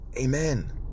Amen